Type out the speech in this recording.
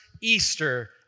Easter